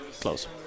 close